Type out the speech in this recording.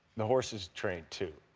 the horse is trained, too.